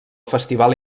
festival